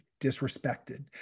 disrespected